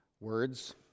words